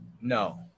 No